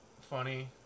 funny